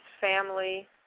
family